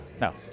no